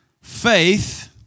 faith